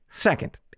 Second